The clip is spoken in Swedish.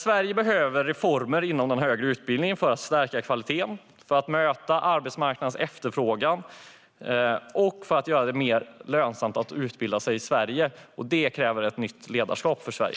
Sverige behöver dock reformer inom den högre utbildningen för att stärka kvaliteten, för att möta arbetsmarknadens efterfrågan och för att göra det mer lönsamt att utbilda sig i Sverige. Detta kräver ett nytt ledarskap i Sverige.